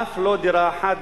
אף לא דירה אחת,